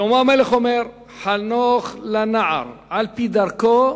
שלמה המלך אומר: "חנוך לנער על-פי דרכו,